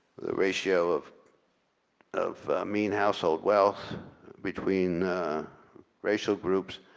the ratio of of mean household wealth between racial groups.